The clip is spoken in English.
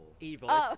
Evil